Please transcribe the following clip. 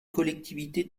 collectivités